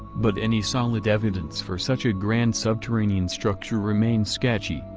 but any solid evidence for such a grand subterranean structure remained sketchy,